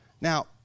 Now